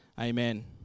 amen